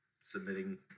submitting